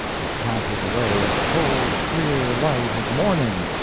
which passes away at the cold clear light of morning.